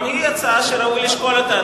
גם היא הצעה שראוי לשקול אותה,